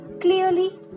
Clearly